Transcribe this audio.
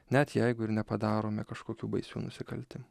net jeigu ir nepadarome kažkokių baisių nusikaltimų